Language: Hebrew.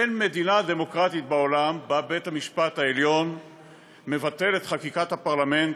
אין מדינה דמוקרטית בעולם שבה בית המשפט העליון מבטל את חקיקת הפרלמנט,